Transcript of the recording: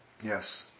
Yes